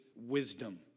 wisdom